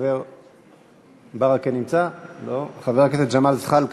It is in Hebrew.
חבר הכנסת ג'מאל זחאלקה,